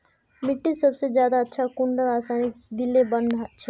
मिट्टी सबसे ज्यादा अच्छा कुंडा रासायनिक दिले बन छै?